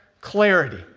clarity